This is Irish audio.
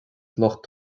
lucht